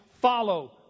follow